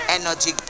Energy